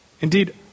Indeed